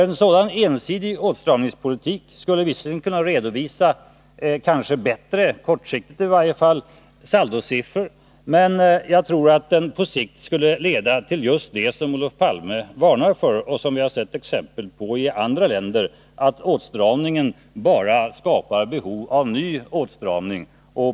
En sådan skulle visserligen kunna redovisa, i varje fall kortsiktigt, bättre saldosiffror, men jag tror att den på längre sikt skulle leda till just det som Olof Palme varnar för och som vi har sett exempel på i andra länder, nämligen att åtstramningen bara skapar behov av ny åtstramning.